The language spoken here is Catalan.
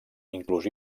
inclús